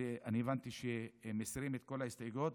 הבנתי שמסירים את כל ההסתייגויות,